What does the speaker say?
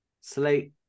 slate